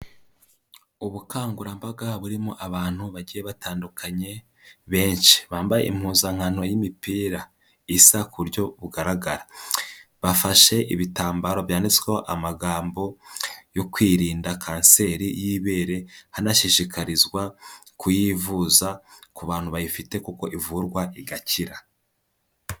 Ubukangurambaga burimo abantu bagiye batandukanye benshi, bambaye impuzankano y'imipira isa ku buryo bugaragara. Bafashe ibitambaro byanditsweho amagambo yo kwirinda kanseri y'ibere, hanashishikarizwa kuyivuza ku bantu bayifite kuko ivurwa igakira.